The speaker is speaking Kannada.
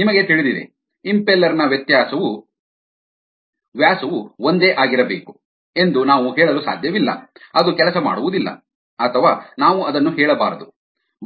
ನಿಮಗೆ ತಿಳಿದಿದೆ ಇಂಪೆಲ್ಲೆರ್ ನ ವ್ಯಾಸವು ಒಂದೇ ಆಗಿರಬೇಕು ಎಂದು ನಾವು ಹೇಳಲು ಸಾಧ್ಯವಿಲ್ಲ ಅದು ಕೆಲಸ ಮಾಡುವುದಿಲ್ಲ ಅಥವಾ ನಾವು ಅದನ್ನು ಹೇಳಬಾರದು